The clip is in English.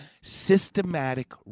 systematic